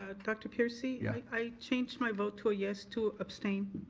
ah dr. peercy, yeah i changed my vote to a yes to abstain.